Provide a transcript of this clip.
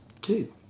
two